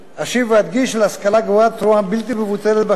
להשכלה הגבוהה תרומה בלתי מבוטלת בהכשרת הדור הצעיר